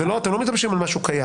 אתם לא מתלבשים על משהו קיים.